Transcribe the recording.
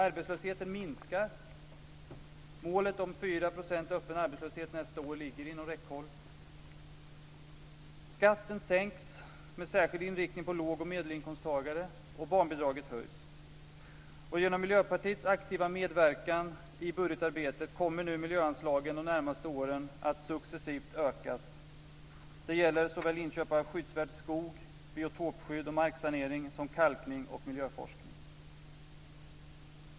Arbetslösheten minskar - målet om 4 % öppen arbetslöshet nästa år ligger inom räckhåll - skatten sänks med särskild inriktning på låg och medelinkomsttagare och barnbidraget höjs. Genom Miljöpartiets aktiva medverkan i budgetarbetet kommer nu miljöanslagen de närmaste åren att successivt ökas. Det gäller såväl inköp av skyddsvärd skog, biotopskydd och marksanering som kalkning och miljöforskning.